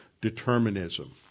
determinism